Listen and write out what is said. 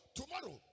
tomorrow